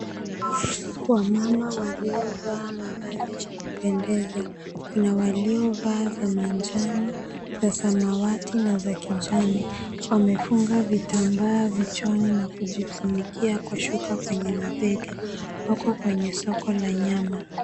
Wamama waliovaa mavazi ya kupendeza, kuna waliovaa za manjano na samawati na za kijani. Wamefunga vitambaa vichwani na kujifunikia kwa shuka kwenye mabega. Wako kwenye soko la nyama.